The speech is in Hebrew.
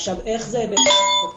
עכשיו איך זה עובד,